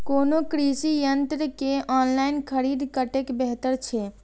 कोनो कृषि यंत्र के ऑनलाइन खरीद कतेक बेहतर छै?